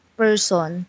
person